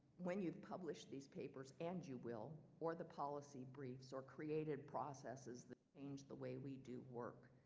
when you've published these papers, and you will, or the policy briefs or created processes that change the way we do work,